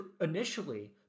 initially